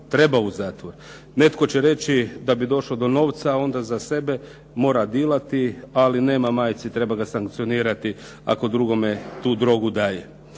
treba u zatvor. Netko će reći da bi došao do novca onda za sebe mora dilati, ali nema majci. Treba ga sankcionirati ako drugome tu drogu daje.